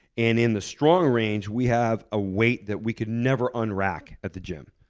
and in the strong range, we have a weight that we can never un-rack at the gym,